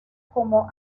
como